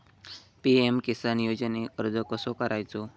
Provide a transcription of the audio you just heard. PM Kisan योजनेक अर्ज कसो करायचो?